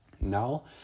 Now